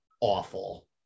awful